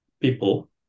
people